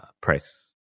price